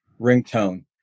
ringtone